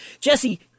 Jesse